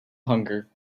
hunger